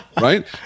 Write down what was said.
right